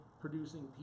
producing